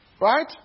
Right